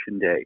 day